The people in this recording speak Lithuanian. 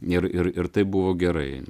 ir ir ir tai buvo gerai